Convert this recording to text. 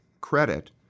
credit